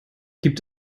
gibt